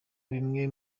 bimwe